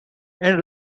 and